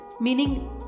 meaning